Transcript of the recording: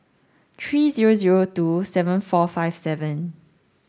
three zero zero two seven four five seven